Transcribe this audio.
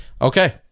Okay